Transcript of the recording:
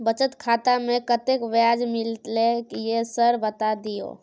बचत खाता में कत्ते ब्याज मिलले ये सर बता दियो?